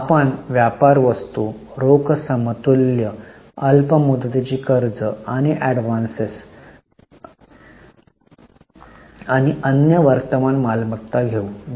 आपण व्यापार वस्तू रोख समतुल्य अल्प मुदतीची कर्ज आणि एडव्हान्स आणि अन्य वर्तमान मालमत्ता घेतो